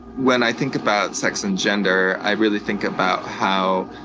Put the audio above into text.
when i think about sex and gender, i really think about how